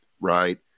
right